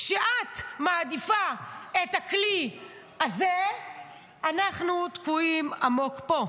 כשאת מעדיפה את הכלי הזה אנחנו תקועים עמוק פה.